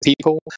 people